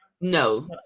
No